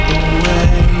away